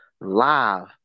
live